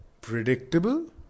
predictable